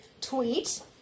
tweet